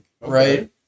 Right